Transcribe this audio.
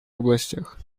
областях